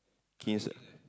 kins